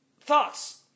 Thoughts